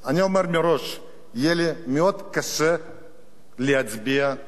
יהיה לי מאוד קשה להצביע נגד אבי דיכטר,